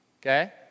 Okay